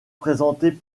présentée